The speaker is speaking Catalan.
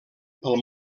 pel